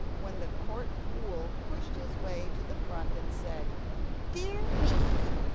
when the court fool pushed his way to the front and said dear me,